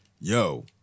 yo